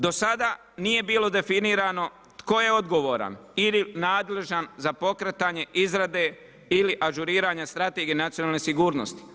Do sada nije bilo definirano tko je odgovaran ili nadležan za pokretanje izrade ili ažuriranje strategije nacionalne sigurnosti.